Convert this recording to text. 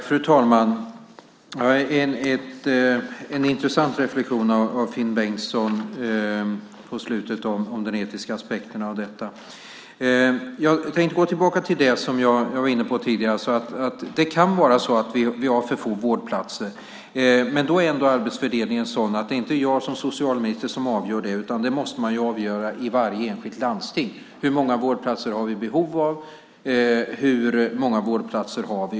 Fru talman! Det var en intressant reflexion om den etiska aspekten av detta som Finn Bengtsson gjorde i senare delen av sitt inlägg. Jag tänkte gå tillbaka till det som jag var inne på tidigare, nämligen att det kan vara så att vi har för få vårdplatser. Arbetsfördelningen är emellertid sådan att jag som socialminister inte avgör det, utan det måste avgöras i varje enskilt landsting. Där måste man fråga sig: Hur många vårdplatser har vi behov av? Hur många vårdplatser har vi?